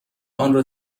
آنرا